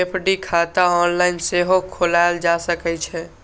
FD खाता online सेहो खोलाएल जा सकै छै